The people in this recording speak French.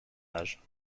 âge